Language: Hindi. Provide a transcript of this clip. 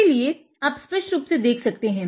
इसीलिए अप स्पष्ट रूप से देख सकते हैं